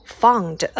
found